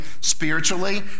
spiritually